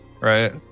right